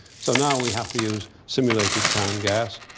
so now we have to use simulated town gas.